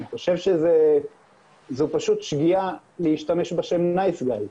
אבל אני חושב שזאת פשוט שגיאה להשתמש בשם "נייס גאי",